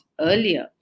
earlier